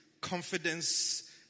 confidence